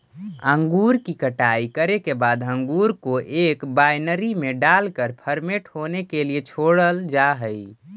अंगूर की कटाई करे के बाद अंगूर को एक वायनरी में डालकर फर्मेंट होने के लिए छोड़ल जा हई